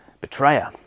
betrayer